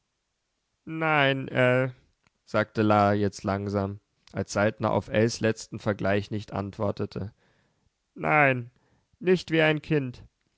nein ell sagte la jetzt langsam als saltner auf ells letzten vergleich nicht antwortete nein nicht wie ein kind